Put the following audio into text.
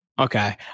Okay